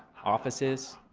offices,